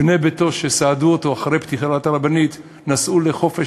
בני ביתו שסעדו אותו אחרי פטירת הרבנית נסעו לחופש